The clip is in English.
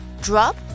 Drop